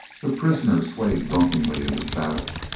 the prisoner swayed drunkenly in the saddle.